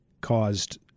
caused